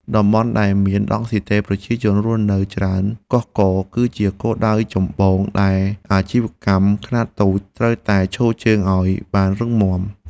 តំបន់ដែលមានដង់ស៊ីតេប្រជាជនរស់នៅច្រើនកុះករ គឺជាគោលដៅចម្បងដែលអាជីវកម្មខ្នាតតូចត្រូវតែឈរជើងឱ្យបានរឹងមាំ។